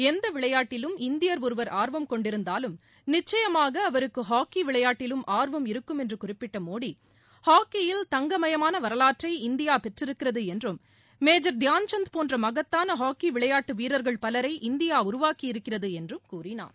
எந்த விளையாட்டிலும் இந்தியா் ஒருவா் ஆர்வம் கொண்டிருந்தாலும் நிச்சயமாக அவருக்கு ஹாக்கி விளையாட்டிலும் ஆர்வம் இருக்கும் என்று குறிப்பிட்ட மோடி ஹாக்கியில் தங்கமயமான வரவாற்றை இந்தியா பெற்றிருக்கிறது என்றும் மேஜ் தியான்சந்த் போன்ற மகத்தான ஹாக்கி விளையாட்டு வீரர்கள் பலரை இந்தியா உருவாக்கியிருக்கிறது என்றும் கூறினார்